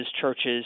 churches